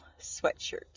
sweatshirt